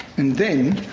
and then,